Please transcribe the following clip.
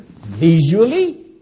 visually